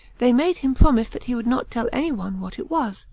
they made him promise that he would not tell any one what it was,